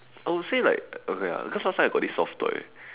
I would say like okay ah because last time I got this soft toy